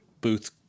booth